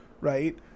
right